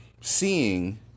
seeing